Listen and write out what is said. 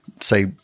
say